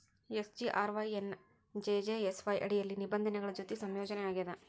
SGRY ಎನ್ನಾ JJSY ಅಡಿಯಲ್ಲಿ ನಿಬಂಧನೆಗಳ ಜೊತಿ ಸಂಯೋಜನಿ ಆಗ್ಯಾದ